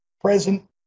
present